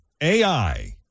AI